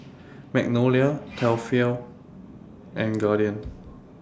Magnolia Tefal and Guardian